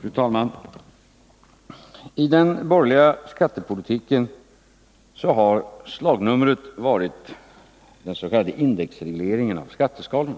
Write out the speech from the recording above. Fru talman! I den borgerliga skattepolitiken har slagnumret varit den s.k. indexregleringen av skatteskalorna.